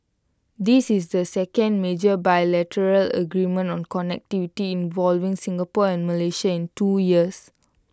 this is the second major bilateral agreement on connectivity involving Singapore and Malaysia in two years